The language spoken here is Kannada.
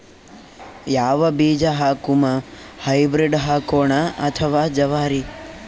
ಯಾವ ಬೀಜ ಹಾಕುಮ, ಹೈಬ್ರಿಡ್ ಹಾಕೋಣ ಅಥವಾ ಜವಾರಿ?